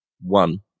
one